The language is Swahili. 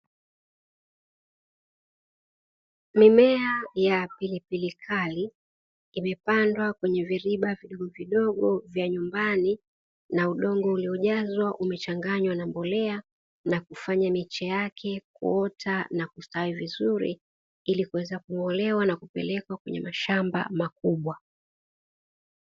Mimea ya pilipili kali imepandwa kwenye viriba vidogovidogo vya nyumbani na udongo uliojazwa umechanganywa na mbolea, na kufanya miche yake kuota na kustawi vizuri ili kuweza kung'olewa na kupelekwa kwenye mashamba makubwa.